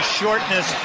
shortness